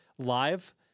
live